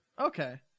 Okay